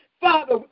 Father